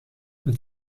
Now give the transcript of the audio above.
het